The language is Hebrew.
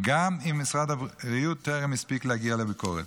גם אם משרד הבריאות טרם הספיק להגיע לביקורת.